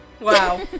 Wow